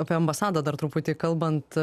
apie ambasadą dar truputį kalbant